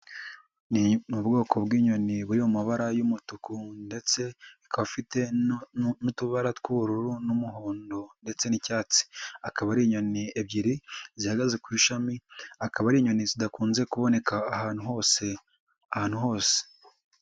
Ni ubwoko bw'inyoni buri mu mabara y'umutuku ndetse ika afite n'utubara tw'ubururu n'umuhondo ndetse n'icyatsi, akaba ari inyoni ebyiri zihagaze ku ishami, akaba ari inyoni zidakunze kuboneka ahantu hose, ahantu hose.